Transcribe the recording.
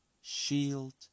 shield